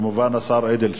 יולי אדלשטיין.